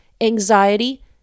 anxiety